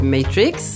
Matrix